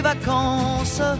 vacances